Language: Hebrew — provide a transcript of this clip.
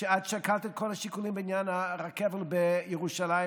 כשאת שקלת את כל השיקולים בעניין הרכבל בירושלים,